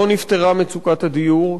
לא נפתרה מצוקת הדיור,